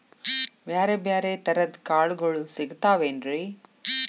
ಬ್ಯಾರೆ ಬ್ಯಾರೆ ತರದ್ ಕಾಳಗೊಳು ಸಿಗತಾವೇನ್ರಿ?